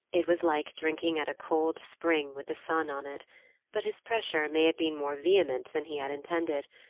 it was like drinking at a cold spring with the sun on it but his pressure may have been more vehement than he had intended,